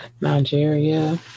Nigeria